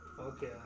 okay